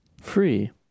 Free